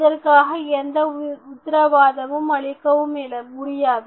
இதற்காக எந்த உத்தரவாதமும் அளிக்கவும் முடியாது